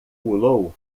pulou